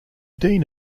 dean